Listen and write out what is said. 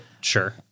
sure